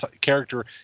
character